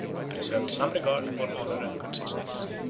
who preserved some regard for honor and consistency.